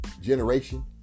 Generation